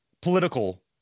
political